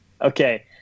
Okay